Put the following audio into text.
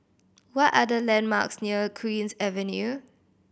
what are the landmarks near Queen's Avenue